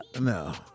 No